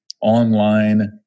online